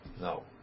No